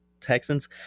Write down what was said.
Texans